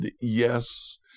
yes